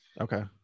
okay